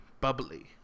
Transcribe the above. bubbly